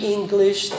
English